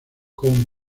con